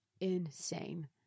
Insane